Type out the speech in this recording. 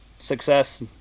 Success